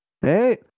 Hey